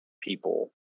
people